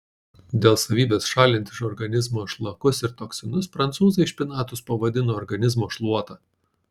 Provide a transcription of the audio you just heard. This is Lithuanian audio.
dėl savybės šalinti iš organizmo šlakus ir toksinus prancūzai špinatus pavadino organizmo šluota